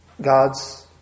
God's